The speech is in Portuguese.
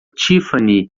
tiffany